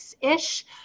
ish